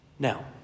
Now